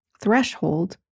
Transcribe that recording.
threshold